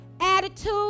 attitude